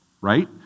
right